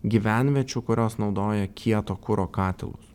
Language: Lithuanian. gyvenviečių kurios naudoja kieto kuro katilus